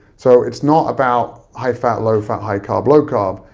so it's not about high-fat, low-fat, high-carb, low-carb,